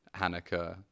Hanukkah